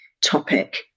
topic